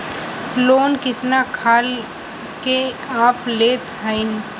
Loan कितना खाल के आप लेत हईन?